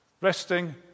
resting